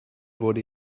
wurde